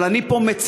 אבל אני מצר.